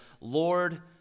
Lord